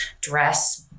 dress